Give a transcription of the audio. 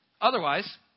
Otherwise